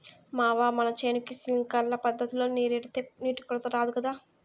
మావా మన చేనుకి సింక్లర్ పద్ధతిల నీరెడితే నీటి కొరత రాదు గదా